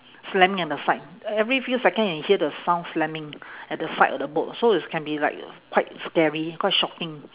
slamming at the side every few second you hear the sound slamming at the side of the boat so is can be like quite scary quite shocking